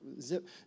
zip